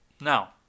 Now